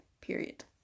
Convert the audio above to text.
period